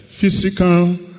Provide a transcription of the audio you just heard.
Physical